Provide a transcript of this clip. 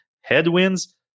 headwinds